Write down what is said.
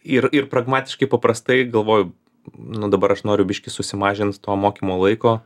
ir ir pragmatiškai paprastai galvoju nu dabar aš noriu biškį susimažint to mokymo laiko